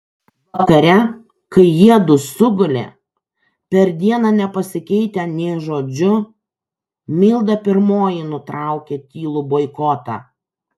vakare kai jiedu sugulė per dieną nepasikeitę nė žodžiu milda pirmoji nutraukė tylų boikotą